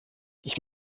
ich